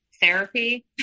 Therapy